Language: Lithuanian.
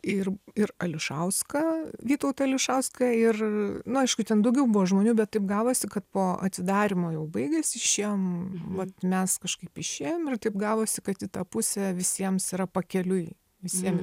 ir ir ališauską vytautą ališauską ir nu aišku ten daugiau buvo žmonių bet taip gavosi kad po atidarymo jau baigėsi išėjom vat mes kažkaip išėjom ir kaip gavosi kad į tą pusę visiems yra pakeliui visiem į